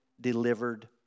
delivered